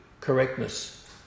correctness